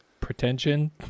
pretension